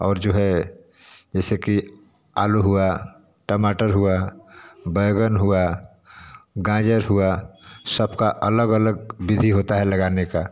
और जो है जैसे कि आलू हुआ टमाटर हुआ बैगन हुआ गाजर हुआ सबका अलग लाग विधि होता है लगाने का